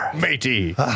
Matey